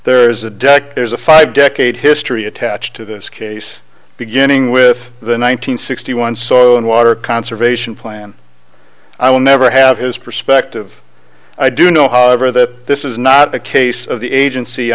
there is a deck there's a five decade history attached to this case beginning with the one nine hundred sixty one saw and water conservation plan i will never have his perspective i do know however that this is not a case of the agency